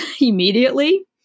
immediately